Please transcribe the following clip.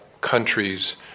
countries